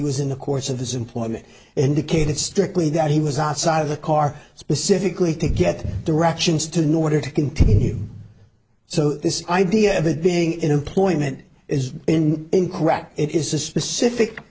he was in the course of his employment indicated strictly that he was outside of the car specifically to get directions to nor to continue so this idea of being in employment is in incorrect it is specific